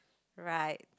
right